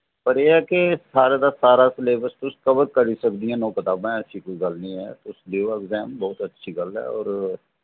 पर एह् ऐ के सारे दा सारा सलेबस तुस कवर करी सकदियां न ओह् कताबां ऐसी कोई गल्ल निं ऐ तुस दिओ एग्जाम बहुत अच्छी गल्ल ऐ और